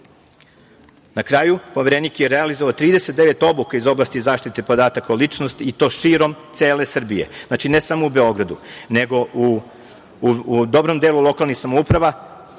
kraju, Poverenik je realizovao 39 obuka iz oblasti zaštite podataka o ličnosti i to širom cele Srbije, ne samo u Beogradu, nego u dobrom delu lokalnih samouprava.